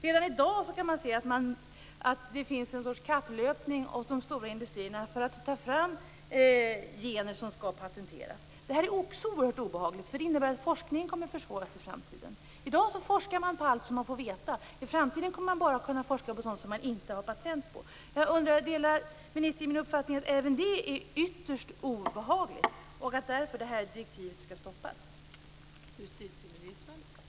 Redan i dag kan man se att det finns en sorts kapplöpning bland de stora industrierna för att ta fram gener som skall patenteras. Detta är också oerhört obehagligt, då det innebär att forskningen kommer att försvåras i framtiden. I dag forskar man om allt man får veta, men i framtiden kommer man bara att kunna forska om sådant som ingen har patent på. Delar ministern min uppfattning att även detta är ytterst obehagligt och att direktivet därför bör stoppas?